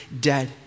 dead